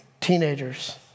teenagers